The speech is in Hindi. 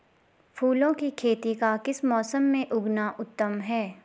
फूलों की खेती का किस मौसम में उगना उत्तम है?